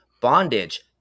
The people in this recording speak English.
bondage